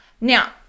Now